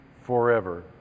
forever